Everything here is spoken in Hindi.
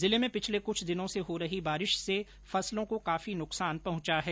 जिले में पिछले कुछ दिनों से हो रही बारिश से फसलों को काफी नुकसान पहुंचा है